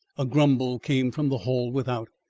a grumble came from the hall without.